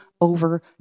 over